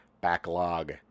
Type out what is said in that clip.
backlog